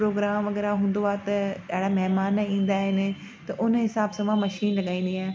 programme वग़ैरह हूंदो आ्हे त ॾाढा महिमान ईंदा आहिनि त उन हिसाब सां मां मशीन लॻाईंदी आहियां